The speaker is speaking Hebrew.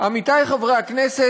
גם כשהבנייה כבר מאושרת,